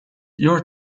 your